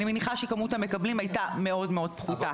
אני מניחה שכמות המקבלים היתה מאוד מאוד פחותה.